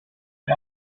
and